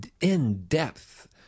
in-depth